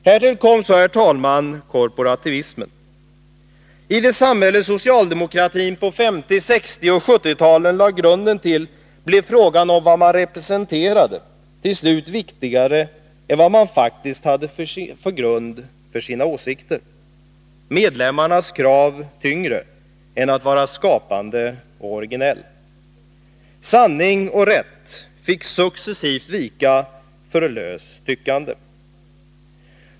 Härtill kom så, herr talman, korporativismen. I det samhälle socialdemokratin på 1950-, 1960 och 1970-talen lade grunden till blev frågan om vad man representerade till sist viktigare än frågan vad man faktiskt hade för grund för sina åsikter. Medlemmarnas krav blev tyngre än kravet att vara skapande och originell. Sanning och rätt fick successivt vika för löst tyckande.